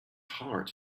heart